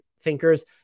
thinkers